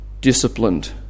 disciplined